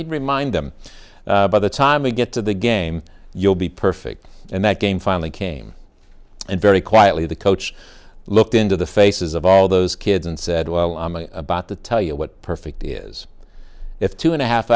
he'd remind them by the time we get to the game you'll be perfect and that game finally came and very quietly the coach looked into the faces of all those kids and said well i about to tell you what perfect is if two and a half